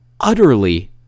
utterly